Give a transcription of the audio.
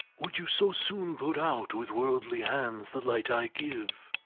would you so soon put out, with worldly hands, the light i give?